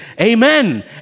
Amen